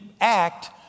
act